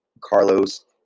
Carlos